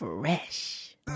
Fresh